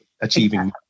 achieving